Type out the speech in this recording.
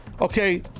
Okay